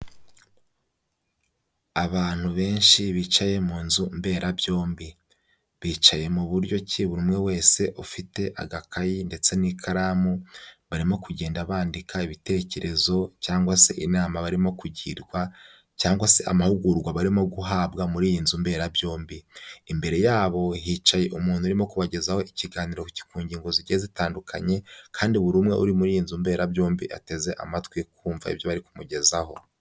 Abantu benshi bicaye mu nzu mberabyombi. Bicaye mu buryo ki bumwe wese ufite agakayi ndetse n'ikaramu barimo kugenda bandika ibitekerezo cyangwa se inama barimo kugirwa cyangwa se amahugurwa barimo guhabwa muri iyi nzu mberabyombi. Imbere yabo hicaye umuntu urimo kubagezaho ikiganiro ku ngingo zigiye zitandukanye, kandi buri umwe uri muri iyi nzu mberabyombi ateze amatwi kumva ibyo bari kumugezaho.